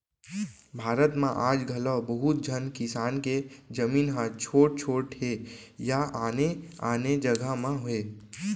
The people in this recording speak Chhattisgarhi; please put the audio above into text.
भारत म आज घलौ बहुत झन किसान के जमीन ह छोट छोट हे या आने आने जघा म हे